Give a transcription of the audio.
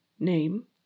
name